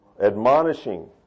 Admonishing